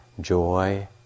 joy